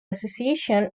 association